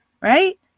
right